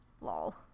lol